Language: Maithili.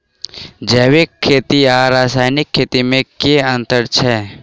जैविक खेती आ रासायनिक खेती मे केँ अंतर छै?